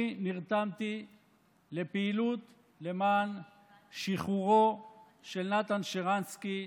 אני נרתמתי לפעילות למען שחרורו של נתן שרנסקי,